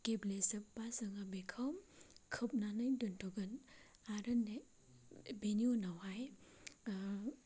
गेब्लेजोब्बा जोङो बेखौ खोबनानै दोन्थ'गोन ने आरो बेनि उनावहाय